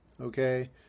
okay